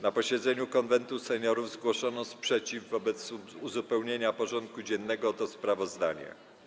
Na posiedzeniu Konwentu Seniorów zgłoszono sprzeciw wobec uzupełnienia porządku dziennego o to sprawozdanie.